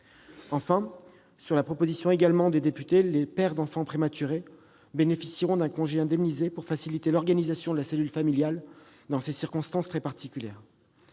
sur proposition des députés, les pères d'enfants prématurés bénéficieront d'un congé indemnisé pour faciliter l'organisation de la cellule familiale dans ces circonstances très particulières.